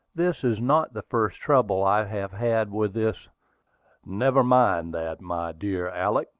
this is not the first trouble i have had with this never mind that, my dear alick,